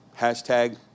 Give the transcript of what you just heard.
hashtag